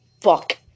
fuck